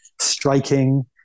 striking